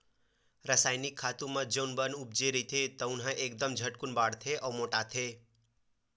रसायनिक खातू म जउन बन उपजे रहिथे तउन ह एकदम झटकून बाड़थे अउ मोटाथे